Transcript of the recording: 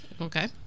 Okay